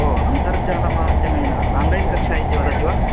ओ अन्तर्जालमाद्यमेन आन्लैन् कक्षा इति वदति वा